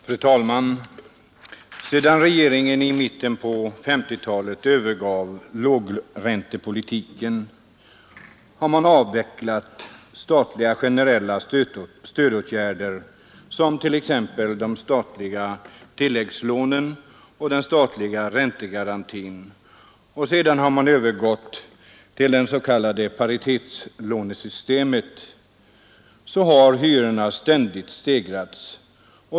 Fru talman! Sedan regeringen i mitten på 1950-talet övergav lågräntepolitiken, avvecklade de statliga generella stödåtgärderna, t.ex. de statliga tilläggslånen och den statliga räntegarantin, och nu övergått till paritetslånesystemet, har hyrorna ständigt stigit.